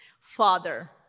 father